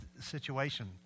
situation